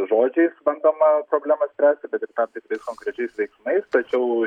žodžiais bandoma problemą spręsti bet ir tam tikrais konkrečiais veiksmais tačiau